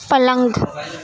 پلنگ